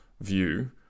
view